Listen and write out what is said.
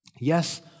Yes